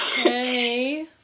hey